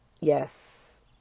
Yes